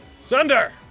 Sunder